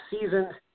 season